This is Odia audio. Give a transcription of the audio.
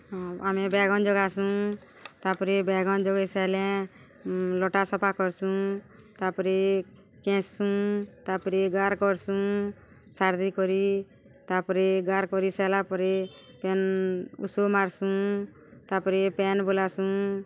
ହଁ ଆମେ ବାଏଗନ୍ ଜଗାସୁଁ ତା'ପରେ ବାଏଗନ୍ ଜଗେଇ ସାର୍ଲେ ଲଟା ସଫା କର୍ସୁଁ ତା'ପରେ କେସ୍ସୁଁ ତା'ପରେ ଗାର୍ କର୍ସୁଁ ସାର୍ ଦେଇ କରି ତା'ପରେ ଗାର୍ କରି ସାର୍ଲା ପରେ କେନ୍ ଉଷୁ ମାର୍ସୁଁ ତା'ପରେ ପେନ୍ ବୋଲାସୁଁ